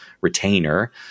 retainer